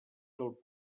del